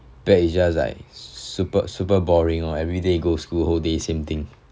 bad is just like super super boring lor everyday go school whole day same thing